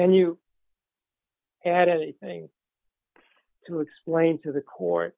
and you had a thing to explain to the court